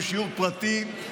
בשיעור פרטי,